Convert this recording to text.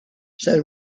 said